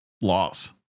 loss